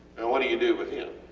what do you do with him?